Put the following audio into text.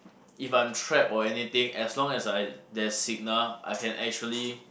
if I'm trapped or anything as long as I there's signal I can actually